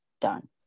done